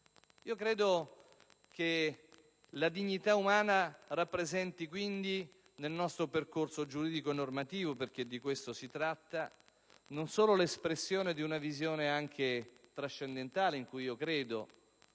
Credo che la dignità umana rappresenti, quindi, nel nostro percorso giuridico e normativo - perché di questo si tratta - non solo l'espressione di una visione anche trascendentale, in cui io credo